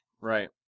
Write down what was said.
Right